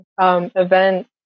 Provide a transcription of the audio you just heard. event